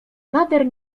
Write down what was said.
nader